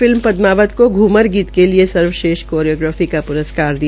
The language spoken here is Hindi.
फिल्म पद्मावत को घूमर गीत के लिए सर्वश्रेष्ठ कोरियोग्राफी का प्रस्कार प्रदान किया